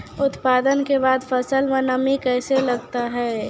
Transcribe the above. उत्पादन के बाद फसल मे नमी कैसे लगता हैं?